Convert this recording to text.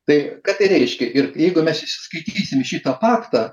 tai ką tai reiškia ir jeigu mes įsiskaitysim į šitą faktą